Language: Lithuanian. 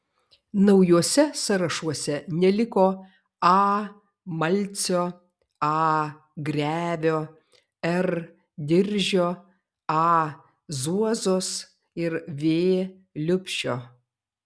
naujuose sąrašuose neliko a malcio a grevio r diržio a zuozos ir v liubšio